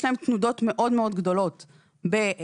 יש להם תנודות מאוד מאוד גדולות בהיקף,